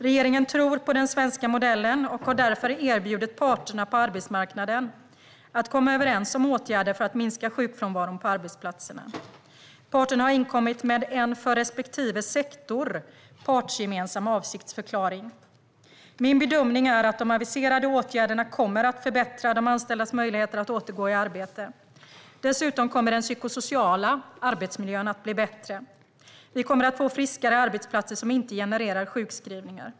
Regeringen tror på den svenska modellen och har därför erbjudit parterna på arbetsmarknaden att komma överens om åtgärder för att minska sjukfrånvaron på arbetsplatserna. Parterna har inkommit med en för respektive sektor partsgemensam avsiktsförklaring. Min bedömning är att de aviserade åtgärderna kommer att förbättra de anställdas möjligheter att återgå i arbete. Dessutom kommer den psykosociala arbetsmiljön att bli bättre. Vi kommer att få friskare arbetsplatser som inte genererar sjukskrivningar.